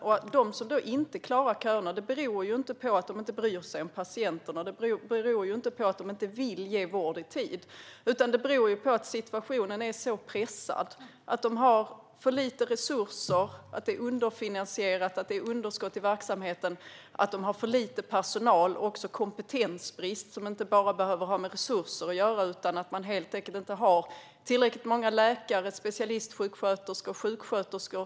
Att vissa inte klarar att minska köerna beror inte på att de inte bryr sig om patienterna och inte vill ge vård i tid, utan det beror på att situationen är så pressad. De har för lite resurser, det är underfinansierat och underskott i verksamheten. De har för lite personal och också kompetensbrist, som inte bara behöver ha med resurser att göra. Man har helt enkelt inte tillräckligt många läkare, specialistsjuksköterskor och sjuksköterskor.